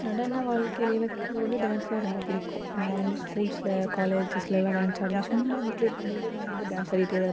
நடன வாழ்க்கைல எனக்கு வந்து டான்ஸுனா ரொம்ப பிடிக்கும் நான் வந்து ஸ்கூல்ஸுல காலேஜஸுலல்லாம் டான்ஸ் ஆடுவேன் சும்மா வீட்டில் இருக்கும் போதே நான் வந்து டான்ஸ் ஆடிட்டே தான் இருப்பேன்